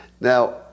Now